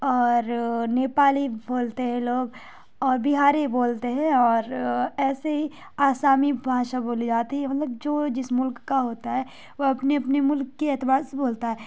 اور نیپالی بولتے ہیں لوگ اور بہاری بولتے ہیں اور ایسے ہی آسامی بھاشا بولی جاتی ہے مطلب جو جس ملک کا ہوتا ہے وہ اپنی اپنی ملک کے اعتبار سے بولتا ہے